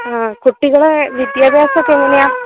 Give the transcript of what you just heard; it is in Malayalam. ആ കുട്ടികളെ വിദ്യാഭ്യാസം ഒക്കെ എങ്ങനെയാ